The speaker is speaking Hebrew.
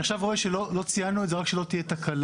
אני עכשיו רואה שלא ציינו את זה ואני לא רוצה שתהיה תקלה.